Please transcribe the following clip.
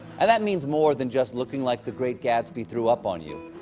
and that means more than just looking like the great gatsby threw up on you.